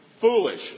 foolish